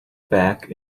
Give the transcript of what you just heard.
back